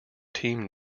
team